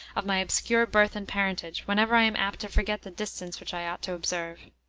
of my obscure birth and parentage, whenever i am apt to forget the distance which i ought to observe!